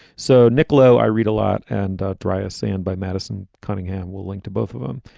so, niccolo, i read a lot and dry ah sand by madison cunningham will link to both of them.